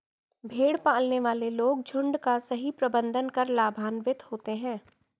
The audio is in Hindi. भेड़ पालने वाले लोग झुंड का सही प्रबंधन कर लाभान्वित होते हैं